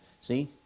See